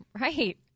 Right